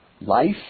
life